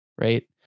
right